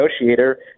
negotiator